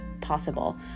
possible